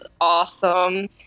awesome